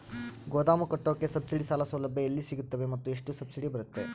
ಗೋದಾಮು ಕಟ್ಟೋಕೆ ಸಬ್ಸಿಡಿ ಸಾಲ ಸೌಲಭ್ಯ ಎಲ್ಲಿ ಸಿಗುತ್ತವೆ ಮತ್ತು ಎಷ್ಟು ಸಬ್ಸಿಡಿ ಬರುತ್ತೆ?